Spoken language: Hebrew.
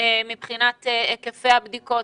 מבחינת היקפי הבדיקות,